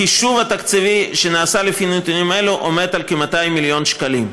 החישוב התקציבי שנעשה לפי הנתונים האלה הוא כ-200 מיליון שקלים.